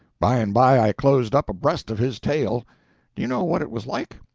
by and by i closed up abreast of his tail. do you know what it was like?